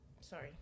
Sorry